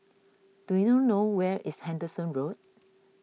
do you know where is Henderson Road